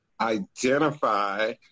identify